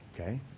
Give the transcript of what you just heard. Okay